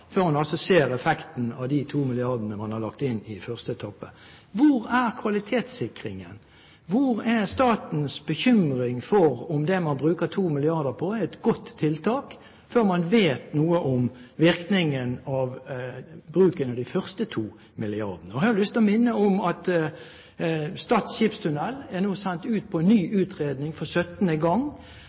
før en ser effekten av de 2 mrd. kr man har lagt inn i første etappe. Hvor er kvalitetssikringen? Hvor er statens bekymring for om det man bruker 2 mrd. kr på, er et godt tiltak, før man vet noe om virkningen av bruken av de første 2 mrd. kr? Jeg har lyst til å minne om at Stad skipstunnel nå er sendt ut til en ny utredning for syttende gang.